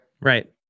Right